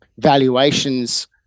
valuations